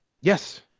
Yes